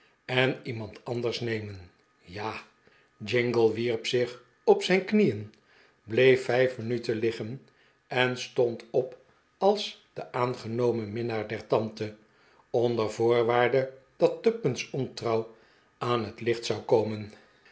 en iemand anders nemen ja jingle wierp zich op zijn knieen bleef vijf minuten liggen en stond op als de aangenomerr minnaar der tante onder voorwaarde dat tupman's ontrouw aan het iicht zou komen